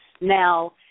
Now